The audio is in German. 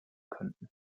könnten